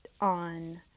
on